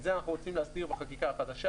את זה אנחנו רוצים להסדיר בחקיקה החדשה,